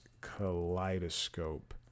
Kaleidoscope